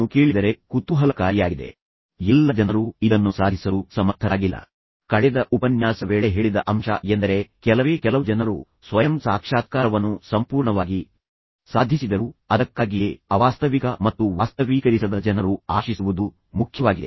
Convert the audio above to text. Maslow ಹೇಳುವುದನ್ನು ಕೇಳಿದರೆ ಕುತೂಹಲಕಾರಿಯಾಗಿದೆ ಎಲ್ಲ ಜನರು ಇದನ್ನು ಸಾಧಿಸಲು ಸಮರ್ಥರಾಗಿಲ್ಲ ಆದರೆ ನಾನು ಕಳೆದ ಉಪನ್ಯಾಸವನ್ನು ಮುಕ್ತಾಯಗೊಳಿಸುತ್ತಿದ್ದ ವೇಳೆ ಹೇಳಿದ ಅಂಶ ಎಂದರೆ ಕೆಲವೇ ಕೆಲವು ಜನರು ಸ್ವಯಂ ಸಾಕ್ಷಾತ್ಕಾರವನ್ನು ಸಂಪೂರ್ಣವಾಗಿ ಸಾಧಿಸಿದರೂ ಅದಕ್ಕಾಗಿಯೇ ಅವಾಸ್ತವಿಕ ಮತ್ತು ವಾಸ್ತವೀಕರಿಸದ ಜನರು ಆಶಿಸುವುದು ಮುಖ್ಯವಾಗಿದೆ